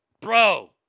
bro